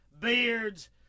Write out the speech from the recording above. beards